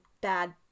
bad